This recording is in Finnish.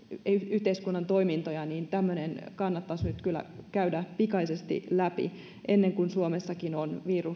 yhteiskunnan toimintoja niin tämmöinen kannattaisi nyt kyllä käydä pikaisesti läpi ennen kuin suomessakin on